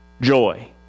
joy